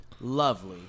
Lovely